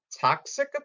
toxic